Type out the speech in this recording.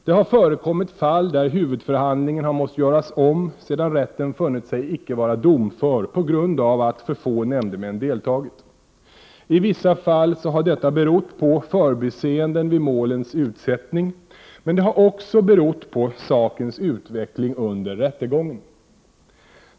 Det har förekommit fall där huvudförhandlingen har måst göras om sedan rätten funnit sig inte vara domför på grund av att för få nämndemän deltagit. I vissa fall har detta berott på förbiseenden vid målens utsättning. Men det har också berott på sakens utveckling under rättegången.